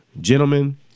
gentlemen